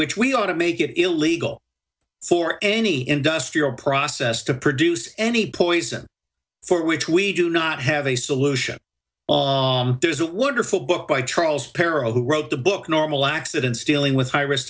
which we ought to make it illegal for any industrial process to produce any poison for which we do not have a solution there is a wonderful book by trolls parer who wrote the book normal accidents dealing with high risk